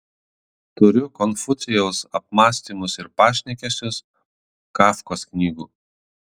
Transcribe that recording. turiu konfucijaus apmąstymus ir pašnekesius kafkos knygų